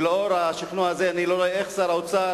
ולאור השכנוע הזה אני לא רואה איך שר האוצר